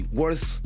worth